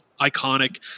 Iconic